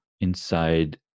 inside